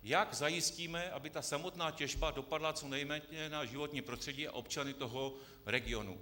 Jak zajistíme, aby samotná těžba dopadla co nejméně na životní prostředí a občany tohoto regionu?